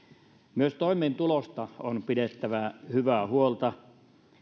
myös toimeentulosta on pidettävä hyvää huolta